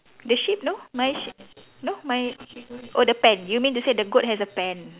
the sheep no my sheep no my oh the pen you mean to say the goat has a pen